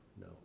No